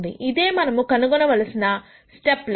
ఇదే మనము కనుగొనవలసిన స్టెప్ లెన్త్